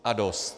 A dost!